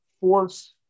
force